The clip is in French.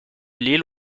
l’île